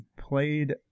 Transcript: played